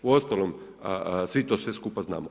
Uostalom svi to sve skupa znamo.